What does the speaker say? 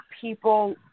people